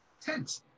tent